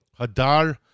Hadar